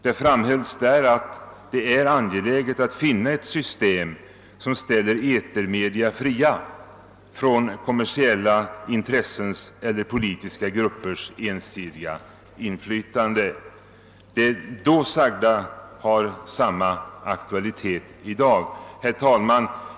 Det framhölls där att det är angeläget att finna ett system som ställer etermedia fria från kommersiella intressens eller politiska gruppers ensidiga inflytande. Det då sagda har i dag samma aktualitet. Herr talman!